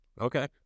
Okay